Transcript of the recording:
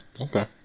okay